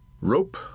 rope